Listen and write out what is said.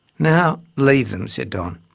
now leave them said don.